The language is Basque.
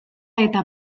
eta